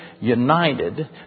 united